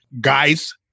Guys